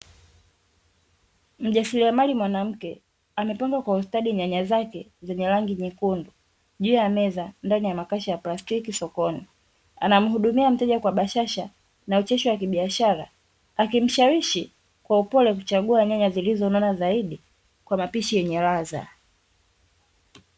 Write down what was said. Mjasiriamali mwanamke amepanga kwa ustadi nyanya zake zenye rangi nyekundu juu ya meza ndani ya makasha ya plastiki sokoni. Anamhudumia mteja kwa bashasha na ucheshi wa kibiashara, akimshawishi kwa upole kuchagua nyanya zilizonona zaidi kwa mapishi yenye ladha.